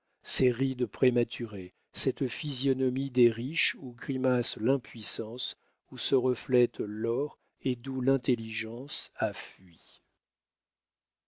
ces rides prématurées cette physionomie des riches où grimace l'impuissance où se reflète l'or et d'où l'intelligence a fui